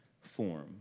form